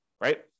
right